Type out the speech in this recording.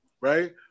right